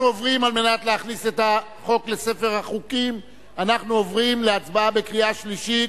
כדי להכניס את החוק לספר החוקים אנחנו עוברים להצבעה בקריאה שלישית.